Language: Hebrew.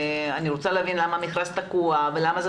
אני רוצה להבין למה המכרז תקוע ולמה זה